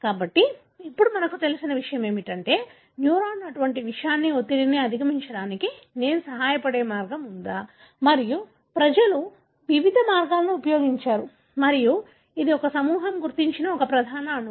కాబట్టి తెలిసిన విషయం ఏమిటంటే న్యూరాన్ అటువంటి విషాన్ని ఒత్తిడిని అధిగమించడానికి నేను సహాయపడే మార్గం ఉందా మరియు ప్రజలు వివిధ మార్గాలను ఉపయోగించారు మరియు ఇది ఒక సమూహం గుర్తించిన ఒక ప్రధాన అణువు